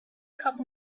cup